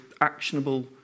actionable